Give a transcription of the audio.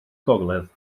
gogledd